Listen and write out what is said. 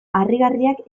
harrigarriak